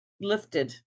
lifted